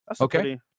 Okay